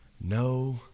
no